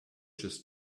just